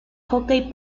hockey